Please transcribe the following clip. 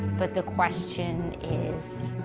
but the question is.